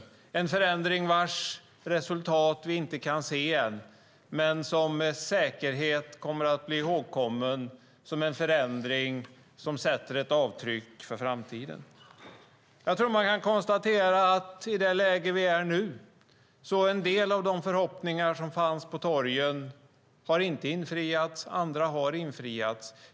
Det är en förändring vars resultat vi inte kan se än, men som med säkerhet kommer att bli ihågkommen som en förändring som sätter ett avtryck för framtiden. Jag tror att man kan konstatera att i det läge vi är nu har en del av de förhoppningar som fanns på torgen inte infriats. Andra har infriats.